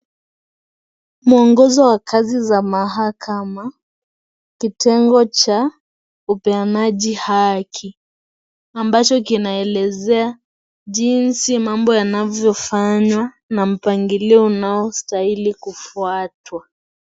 Mwongozo wa kazi za mahakama kitengo cha upeanaji haki ambacho kinaelezea jinsi mambo yanavyofanywa na mpangilio unaostahili kufuatwa.